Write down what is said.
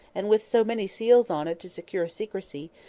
and with so many seals on it to secure secrecy,